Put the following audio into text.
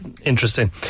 interesting